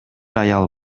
аял